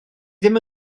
ddim